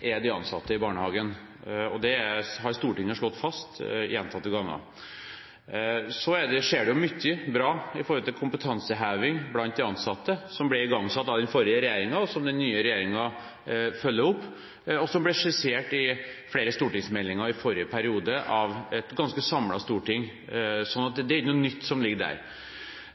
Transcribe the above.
er de ansatte i barnehagen. Det har Stortinget slått fast gjentatte ganger. Så skjer det mye bra kompetanseheving blant de ansatte, som ble igangsatt av den forrige regjeringen, og som den nye regjeringen følger opp. Det ble skissert i flere stortingsmeldinger i forrige periode og støttet av et ganske samlet storting. Så det er ikke noe nytt som ligger der.